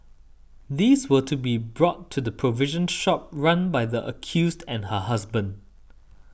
these were to be brought to the provision shop run by the accused and her husband